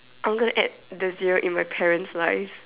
I'm going to add the zero in my parents life